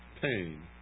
pain